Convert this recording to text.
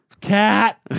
cat